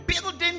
building